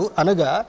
anaga